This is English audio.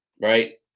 right